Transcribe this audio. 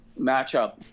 matchup